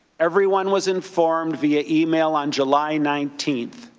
everyone was informed via email on july nineteen,